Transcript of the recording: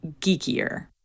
geekier